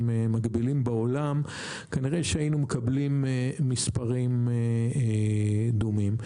מקבילים בעולם כנראה שהיינו מקבלים מספרים דומים.